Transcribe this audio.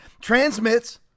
transmits